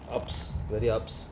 ups very ups